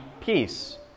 peace